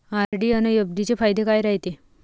RD अन FD चे फायदे काय रायते?